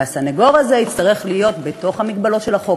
והסנגור הזה יצטרך להיות בתוך המגבלות של החוק,